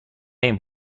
ایم